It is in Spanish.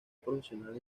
profesional